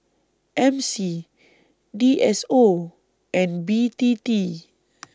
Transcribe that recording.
M C D S O and B T T